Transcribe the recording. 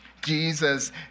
jesus